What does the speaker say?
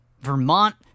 Vermont